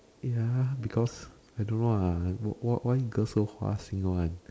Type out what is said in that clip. ya because I don't know lah why why girls so 花心 [one]